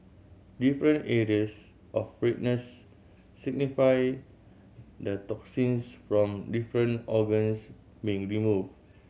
different areas of redness signify the toxins from different organs being removed